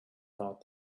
thought